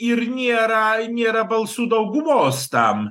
ir nėra nėra balsų daugumos tam